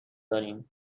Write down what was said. داریم